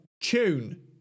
Tune